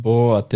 Boa